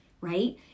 right